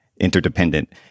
interdependent